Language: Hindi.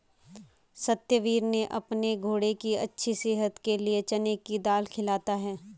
सत्यवीर ने अपने घोड़े की अच्छी सेहत के लिए चने की दाल खिलाता है